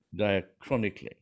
diachronically